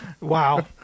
Wow